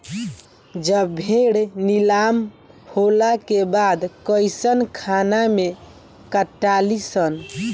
जब भेड़ नीलाम होला के बाद कसाईखाना मे कटाली सन